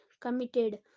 committed